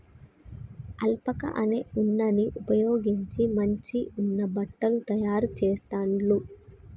alpaca అనే ఉన్నిని ఉపయోగించి మంచి ఉన్ని బట్టలు తాయారు చెస్తాండ్లు